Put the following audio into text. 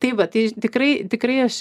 tai va tai tikrai tikrai aš